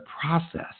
process